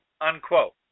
unquote